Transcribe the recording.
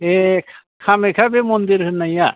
ए कामाख्या बे मन्दिर होननाया